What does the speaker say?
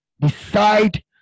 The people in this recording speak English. decide